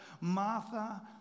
Martha